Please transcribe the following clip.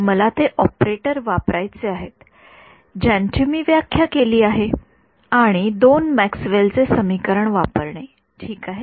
मला ते ऑपरेटर वापरायचे आहेत ज्यांची मी व्याख्या केली आहे आणि दोन मॅक्सवेल चे समीकरण वापरणे ठीक आहे